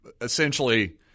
essentially